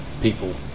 people